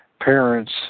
Parents